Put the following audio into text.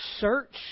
Search